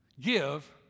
Give